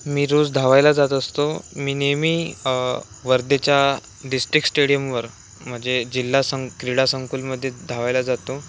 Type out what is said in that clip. मी रोज धावायला जात असतो मी नेहमी वर्धेच्या डिस्ट्रिक्ट स्टेडियमवर म्हणजे जिल्हा सं क्रीडा संकुलमध्ये धावायला जातो